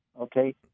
okay